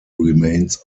remains